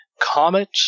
comet